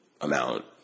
amount